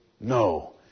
No